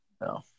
No